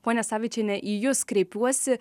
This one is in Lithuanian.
ponia savičiene į jus kreipiuosi